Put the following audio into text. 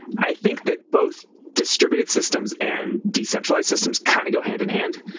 i think that both distributed systems and decentralized systems kind of go hand-in-hand.